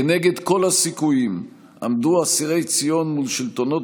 כנגד כל הסיכויים עמדו אסירי ציון מול שלטונות